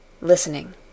listening